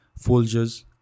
Folgers